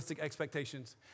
expectations